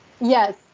Yes